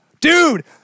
Dude